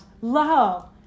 Love